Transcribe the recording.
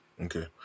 Okay